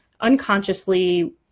unconsciously